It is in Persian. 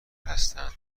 هستند